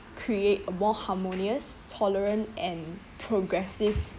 create a more harmonious tolerant and progressive